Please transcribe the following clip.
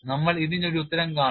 നമ്മൾ ഇതിനു ഒരു ഉത്തരം കാണും